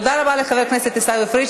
תודה רבה לחבר הכנסת עיסאווי פריג'.